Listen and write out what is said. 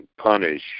punish